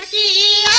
ie